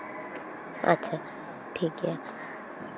ᱟᱪᱪᱷᱟ ᱴᱷᱤᱠ ᱜᱮᱭᱟ